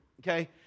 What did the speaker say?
Okay